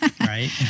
Right